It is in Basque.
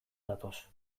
datoz